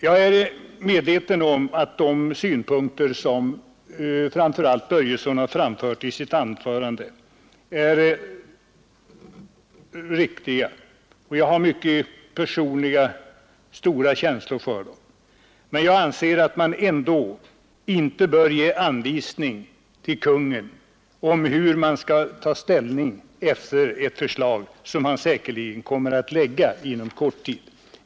Jag är medveten om att de synpunkter som framför allt herr Börjesson i Falköping har framfört i sitt anförande är riktiga, och jag känner personligen mycket starkt för dem. Jag anser emellertid inte att man bör ge Kungl. Maj:t anvisning om ett ställningstagande som Kungl. Maj:t säkerligen kommer att lägga fram inom kort.